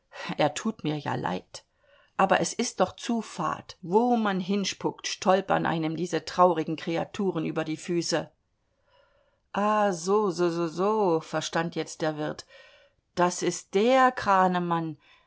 er tut mir ja leid aber es ist doch zu fad wo man hinspuckt stolpern einem diese traurigen kreaturen über die füsse ah so so so so verstand jetzt der wirt das ist der kranemann